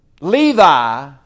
Levi